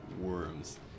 worms